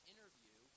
interview